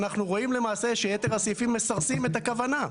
אני רואים למעשה שיתר הסעיפים מסרסים את הכוונה.